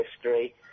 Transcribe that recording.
history